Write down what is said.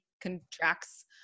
contracts